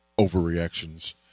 overreactions